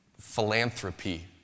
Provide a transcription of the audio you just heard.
philanthropy